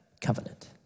covenant